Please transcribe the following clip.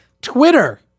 Twitter